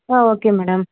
ah okay madam